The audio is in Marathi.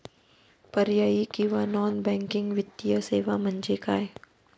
पर्यायी किंवा नॉन बँकिंग वित्तीय सेवा म्हणजे काय?